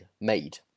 made